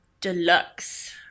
Deluxe